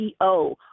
ceo